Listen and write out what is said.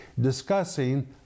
discussing